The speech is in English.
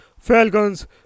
falcons